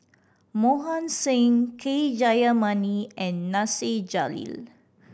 Mohan Singh K Jayamani and Nasir Jalil